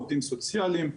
עובדים סוציאליים,